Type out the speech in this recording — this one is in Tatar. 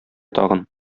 тагын